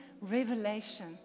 revelation